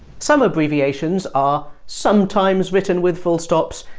some abbreviations are sometimes written with full stops,